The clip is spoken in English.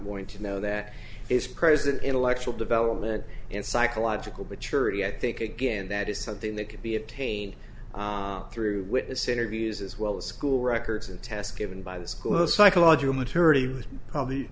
going to know that is present intellectual development and psychological but surety i think again that is something that can be obtained through witness interviews as well as school records and test given by the school psychological maturity would probably